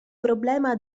problema